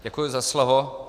Děkuji za slovo.